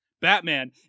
Batman